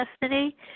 destiny